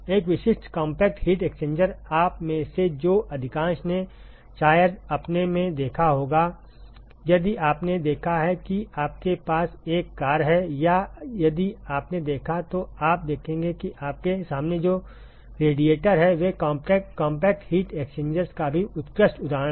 एक विशिष्ट compact heat exchanger आप में से अधिकांश ने शायद अपने में देखा होगा यदि आपने देखा है कि आपके पास एक कार है या यदि आपने देखा है तो आप देखेंगे कि आपके सामने जो रेडिएटर हैं वे कॉम्पैक्ट हीट एक्सचेंजर्स का भी उत्कृष्ट उदाहरण हैं